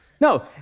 No